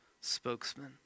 spokesman